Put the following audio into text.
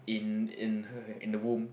in in her her in the womb